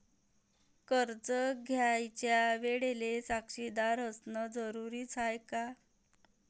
कर्ज घ्यायच्या वेळेले साक्षीदार असनं जरुरीच हाय का?